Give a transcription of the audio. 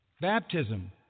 baptism